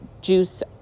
juice